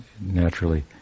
naturally